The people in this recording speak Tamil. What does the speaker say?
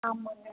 ஆமாம்ங்க